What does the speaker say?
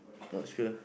not sure